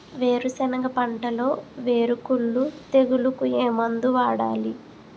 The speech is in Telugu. వేరుసెనగ పంటలో వేరుకుళ్ళు తెగులుకు ఏ మందు వాడాలి?